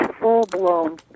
full-blown